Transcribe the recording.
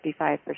55%